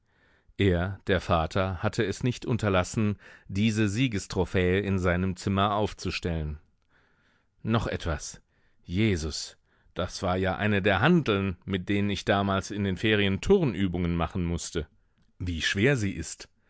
er der vater hatte es nicht unterlassen diese siegestrophäe in seinem zimmer aufzustellen noch etwas jesus das war ja eine der hanteln mit denen ich damals in den ferien turnübungen machen mußte wie schwer sie ist